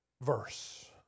verse